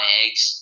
eggs